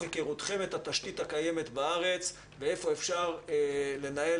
היכרותכם את התשתית הקיימת בארץ ואיפה אפשר לנהל